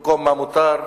מותר,